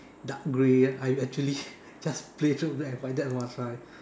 dark grey I actually just played through black and white that was my